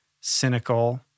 cynical